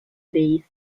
days